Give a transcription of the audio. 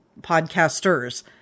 podcasters